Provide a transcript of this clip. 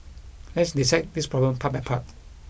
let's dissect this problem part by part